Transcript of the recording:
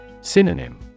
Synonym